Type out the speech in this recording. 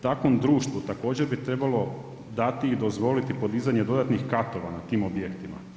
Takvom društvu također bi trebalo dati i dozvoliti podizanje dodatnih katova na tim objektima.